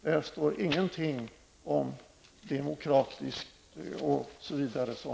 Där står ingenting om den demokrati osv. som